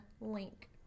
link